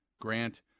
Grant